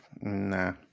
nah